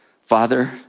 Father